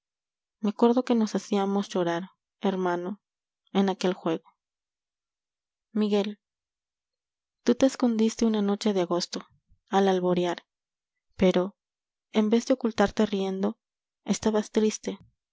me acuerdo que nos hacíamos llorar hermano en aquel juego miguel tú te escondiste una noche de agosto al alborear pero en vez de ocultarte riendo estabas triste